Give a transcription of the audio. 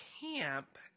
camp